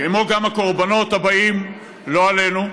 כמו גם הקורבנות הבאים, לא עלינו,